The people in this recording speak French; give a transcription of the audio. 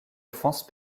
offense